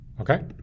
Okay